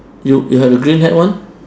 you you have the green hat [one]